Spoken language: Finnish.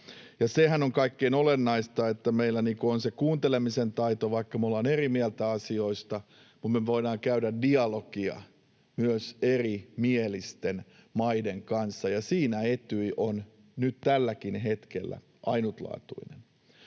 sehän on kaikkein olennaisinta, että meillä on se kuuntelemisen taito, vaikka me olemme eri mieltä asioista, ja me voidaan käydä dialogia myös erimielisten maiden kanssa. Siinä Etyj on nyt tälläkin hetkellä ainutlaatuinen.